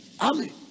Amen